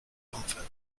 comfort